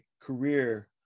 career